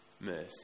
mercy